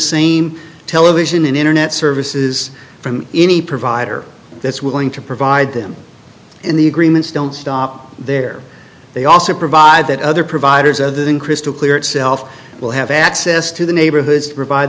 same television and internet services from any provider that's willing to provide them in the agreements don't stop there they also provide that other providers other than crystal clear itself will have access to the neighborhoods provide